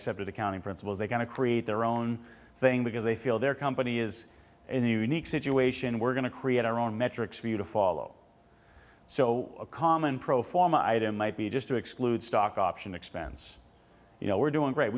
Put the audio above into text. accepted accounting principles they going to create their own thing because they feel their company is in the unique situation we're going to create our own metrics for you to follow so a common pro forma item might be just to exclude stock option expense you know we're doing great